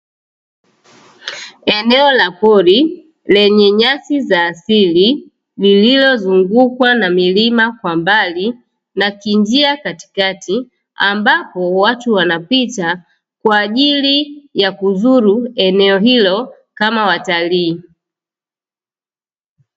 Eneo la pori lenye nyasi za asili lililozungukwa na milima kwa mbali na kinjia katikati, ambapo watu wanapita kwa ajili ya kuzuru eneo hilo kama watalii.